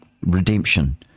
redemption